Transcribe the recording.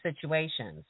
situations